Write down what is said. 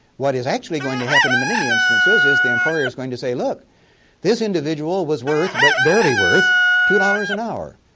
what is actually going to happen in many instances is the employer is going to say look this individual was worth, but barely worth two dollars an hour.